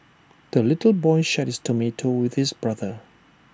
the little boy shared his tomato with his brother